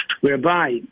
whereby